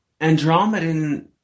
Andromedan